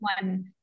one